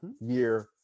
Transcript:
year